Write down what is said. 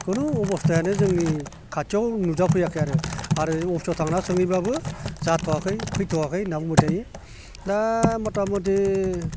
खुनु अबस्थायानो जोंनि खाथियाव नुजा फैयाखै आरो आरो अफिसाव थांना सोंहैब्लाबो जाथ'आखै फैथ'आखै होनना बुंबाय थायो दा मथामथि